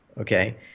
okay